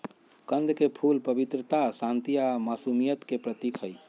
कंद के फूल पवित्रता, शांति आ मासुमियत के प्रतीक हई